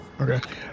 Okay